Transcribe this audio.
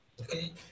okay